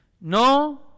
No